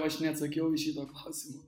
aš neatsakiau į šito klausimo